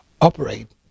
operate